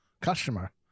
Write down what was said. customer